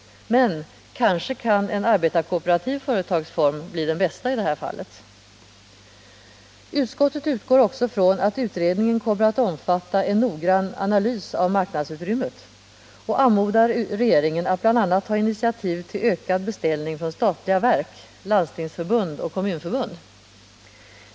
Kanske kan en arbetarkooperativ företagsform bli den bästa i det här fallet. Utskottet utgår också från att utredningen kommer att omfatta en noggrann analys av marknadsutrymmet, och man anmodar regeringen att bl.a. ta initiativ till ökad beställning från statliga verk, landstingsförbund och kommunförbund.